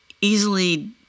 easily